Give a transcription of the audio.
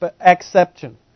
exception